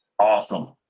Awesome